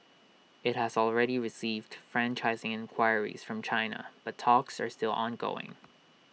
IT has already received franchising enquiries from China but talks are still ongoing